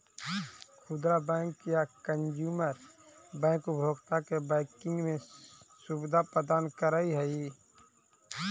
खुदरा बैंक या consumer bank उपभोक्ता के बैंकिंग के सुविधा प्रदान करऽ हइ